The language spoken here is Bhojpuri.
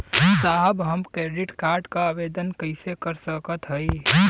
साहब हम क्रेडिट कार्ड क आवेदन कइसे कर सकत हई?